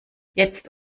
jetzt